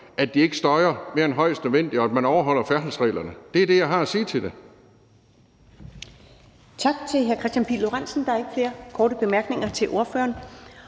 at de ikke støjer mere end højst nødvendigt, og at man overholder færdselsreglerne. Det er det, jeg har at sige til det. Kl. 19:11 Første næstformand (Karen Ellemann): Tak til hr. Kristian Pihl Lorentzen. Der er ikke flere korte bemærkninger til ordføreren.